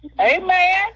Amen